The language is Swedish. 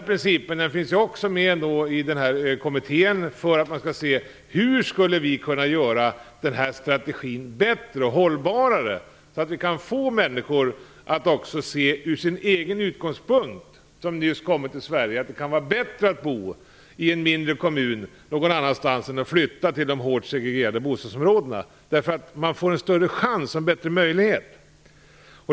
Principen finns också med som utgångspunkt i Kommitténs arbete med att se över hur denna strategi kan göras bättre och mer hållbar, så att vi kan få människor som nyligen kommit till Sverige att, sett från deras egna utgångspunkter, inse att det kan vara bättre att bo i en mindre kommun än i de hårt segregerade bostadsområdena, därför att de där får en bättre chans och möjlighet.